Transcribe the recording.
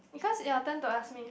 because you are turn to ask me